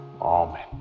Amen